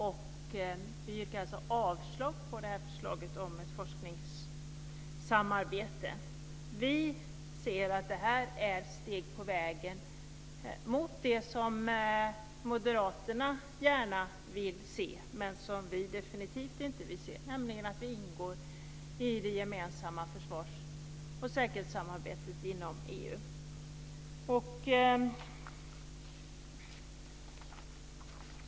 Vi yrkar avslag på förslaget om ett forskningssamarbete. Vi anser att det är ett steg på vägen mot det som moderaterna gärna vill se men som vi definitivt inte vill se, nämligen att Sverige ingår i det gemensamma försvarssamarbetet och säkerhetspolitiska samarbetet inom EU.